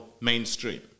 mainstream